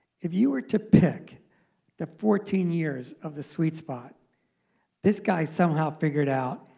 if you were to pick the fourteen years of the sweet spot this guy somehow figured out,